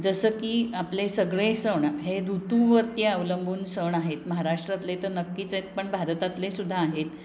जसं की आपले सगळे सण हे ऋतुवरती अवलंबून सण आहेत महाराष्ट्रातले तर नक्कीच आहेत पण भारतातले सुद्धा आहेत